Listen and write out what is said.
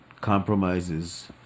compromises